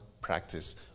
practice